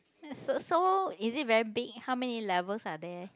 so so is it very big how many levels are there